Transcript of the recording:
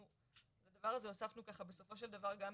אנחנו את הדבר הזה, בסופו של דבר, הוספנו גם